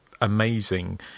amazing